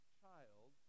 child